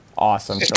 awesome